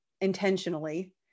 intentionally